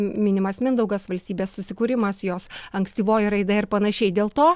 minimas mindaugas valstybės susikūrimas jos ankstyvoji raida ir panašiai dėl to